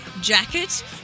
Jacket